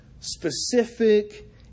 specific